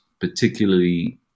particularly